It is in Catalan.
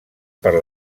per